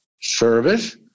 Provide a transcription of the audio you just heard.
service